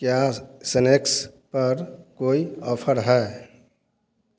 क्या स्नेक्स पर कोई ऑफर हैं